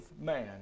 man